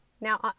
Now